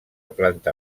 planta